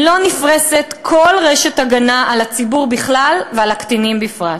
לא נפרסת כל רשת הגנה על הציבור בכלל ועל הקטינים בפרט.